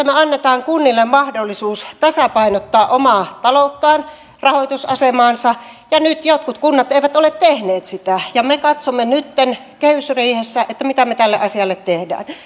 me annamme kunnille mahdollisuuden tasapainottaa omaa talouttaan rahoitusasemaansa ja nyt jotkut kunnat eivät ole tehneet sitä me katsomme nytten kehysriihessä mitä me tälle asialle teemme